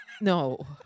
No